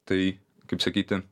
tai kaip sakyti